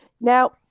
now